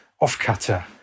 off-cutter